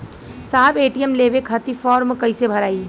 साहब ए.टी.एम लेवे खतीं फॉर्म कइसे भराई?